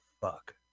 fuck